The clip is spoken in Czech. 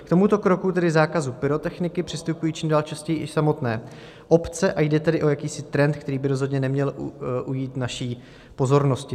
K tomuto kroku, tedy zákazu pyrotechniky, přistupují čím dál častěji i samotné obce, a jde tedy o jakýsi trend, který by rozhodně neměl ujít naší pozornosti.